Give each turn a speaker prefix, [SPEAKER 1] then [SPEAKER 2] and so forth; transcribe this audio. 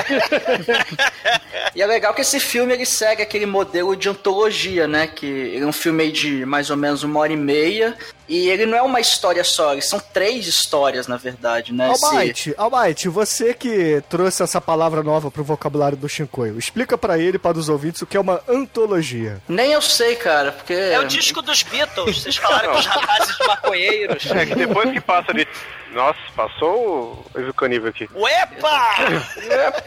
[SPEAKER 1] E é legal que esse filme, ele segue aquele modelo de antologia, né, que é um filme de mais ou menos uma hora e meia, e ele não é uma história só, eles são três histórias, na verdade, né,
[SPEAKER 2] Albaite,
[SPEAKER 1] esse-
[SPEAKER 2] Albaite, você que trouxe essa palavra nova pro vocabulário do Chincoio, explica pra ele e para os ouvintes o que é uma antologia.
[SPEAKER 1] Nem eu sei, cara, porque-
[SPEAKER 3] É o disco dos Beatles, vocês falaram com os rapazes maconheiros.
[SPEAKER 4] É, que depois que passa de- Nossa, passou o- Olha o canível aqui.
[SPEAKER 3] Uepa!
[SPEAKER 1] Uepa!